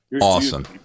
awesome